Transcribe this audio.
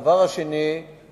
הדבר השני שבשאלתך,